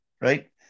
right